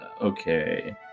Okay